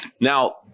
Now